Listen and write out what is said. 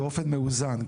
באופן מאוזן,